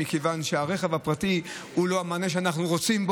מכיוון שהרכב הפרטי הוא לא המענה שאנחנו רוצים,